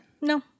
No